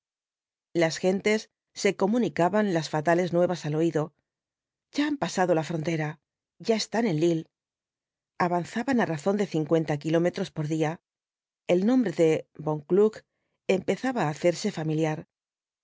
las gentes se comunicaban las fatales nuevas al oído ya han pasado la frontera ya están en lille avanzaban á razón de cincuenta kilómetros por día el nombre de von kluck empezaba á hacerse familiar